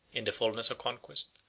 in the fulness of conquest,